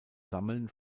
sammeln